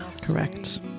Correct